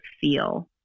feel